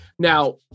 Now